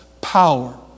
Power